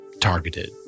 targeted